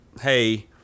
Hey